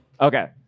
okay